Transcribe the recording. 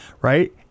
Right